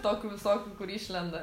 tokių visokių kur išlenda